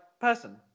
person